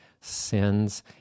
sins